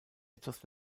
etwas